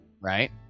Right